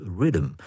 Rhythm